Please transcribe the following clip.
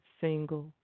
single